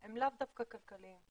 הם לאו דווקא כלכליים.